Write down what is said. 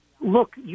look